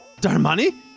Darmani